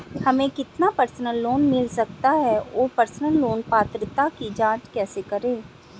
हमें कितना personal loan मिल सकता है और पर्सनल लोन पात्रता की जांच कैसे करें?